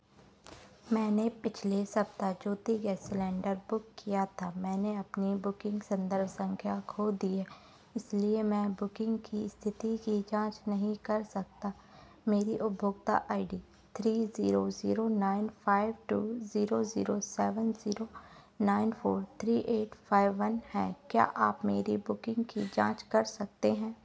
मैंने पिछले सप्ताह ज्योति गैस सिलेंडर बुक किया था मैंने अपनी बुकिंग सन्दर्भ संख्या खो दी है इसलिए मैं बुकिंग की स्थिति की जांच नहीं कर सकता मेरी उपभोक्ता I D three zero zero nine five two zero zero seven zero nine four three eight five one है क्या आप मेरी बुकिंग की जांच कर सकते हैं